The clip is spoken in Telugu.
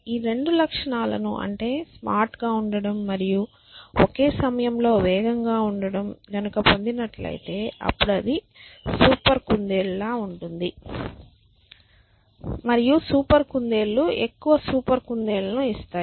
ఈ రెండు లక్షణాలను అంటే స్మార్ట్ గా ఉండటం మరియు ఒకే సమయంలో వేగంగా ఉండటం గనుక పొందినట్లైతే అప్పుడు అది సూపర్ కుందేలు లాగా ఉంటుంది మరియు సూపర్ కుందేళ్ళు ఎక్కువ సూపర్ కుందేళ్ళను ఇస్తాయి